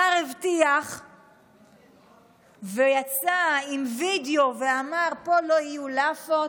השר הבטיח ויצא עם וידיאו ואמר: פה לא יהיו לאפות.